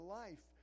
life